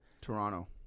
Toronto